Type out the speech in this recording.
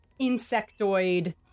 insectoid